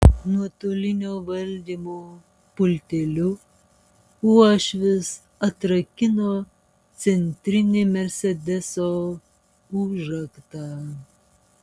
nuotolinio valdymo pulteliu uošvis atrakino centrinį mersedeso užraktą